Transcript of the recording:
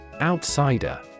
Outsider